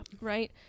right